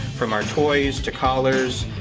from our toys to collars,